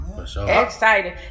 Excited